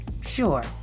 sure